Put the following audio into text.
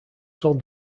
sold